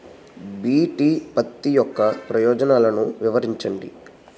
BT పత్తి యొక్క ప్రయోజనాలను వివరించండి?